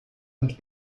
und